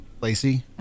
Lacey